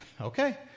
Okay